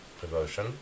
devotion